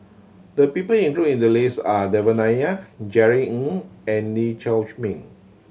the people include in the list are Devan Nair Jerry Ng and Lee Chiaw Meng